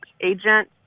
agent